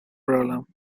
problem